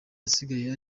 asigaye